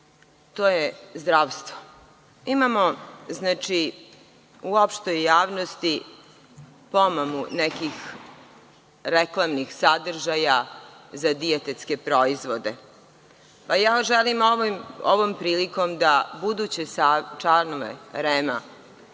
To je zdravstvo. Imamo u opštoj javnosti pomamu nekih reklamnih sadržaja za dijetetske proizvode. Želim ovom prilikom da buduće članove REM-a